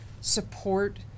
support